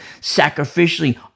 sacrificially